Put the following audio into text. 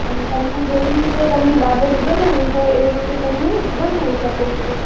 હા તમને જેવી રીતે તમને દાબેલી બનાવવી હોય એવી રીતે તમે બનાવી શકો છો